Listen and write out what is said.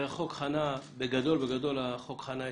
הרי בגדול החוק חנה אצלכם,